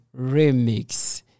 remix